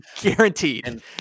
guaranteed